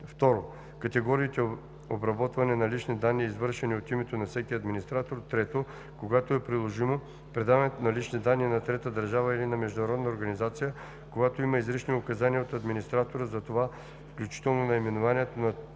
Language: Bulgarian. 2. категориите обработване на лични данни, извършени от името на всеки администратор; 3. когато е приложимо, предаването на лични данни на трета държава или на международна организация, когато има изрични указания от администратора за това, включително наименованието на